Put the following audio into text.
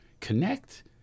connect